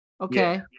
Okay